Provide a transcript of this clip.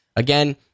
Again